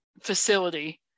facility